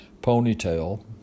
ponytail